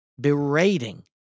berating